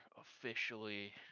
officially